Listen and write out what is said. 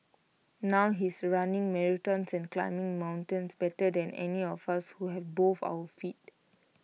now he's running marathons and climbing mountains better than any of us who have both our feet